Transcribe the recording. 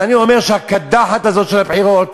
אז אני אומר שהקדחת הזאת של הבחירות,